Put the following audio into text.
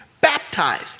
baptized